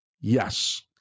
yes